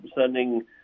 sending